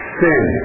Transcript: sin